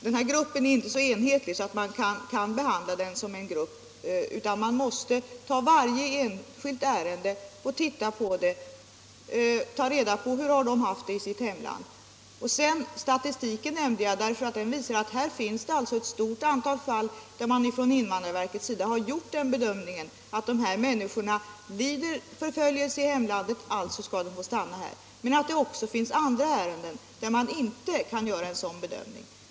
Denna grupp är inte så enhetlig att man kan behandla den som en grupp, utan man måste undersöka varje fall individuellt och ta reda på hur var och en har haft det i sitt hemland. Statistiken nämnde jag därför att den visar att invandrarverket i ett stort antal fall har gjort bedömningen att dessa människor lider förföljelse i hemlandet och alltså skall få stanna här. Men det finns också andra ärenden, där man inte kan göra en sådan bedömning.